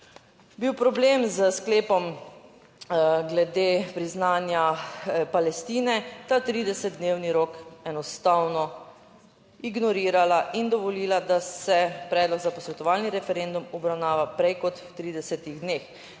bil problem s sklepom glede priznanja Palestine ta 30-dnevni rok enostavno ignorirala in dovolila, da se predlog za posvetovalni referendum obravnava prej kot v 30 dneh.